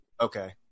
Okay